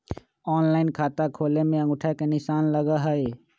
Online खाता खोले में अंगूठा के निशान लगहई?